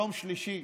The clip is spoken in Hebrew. יום שלישי,